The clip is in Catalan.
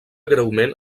greument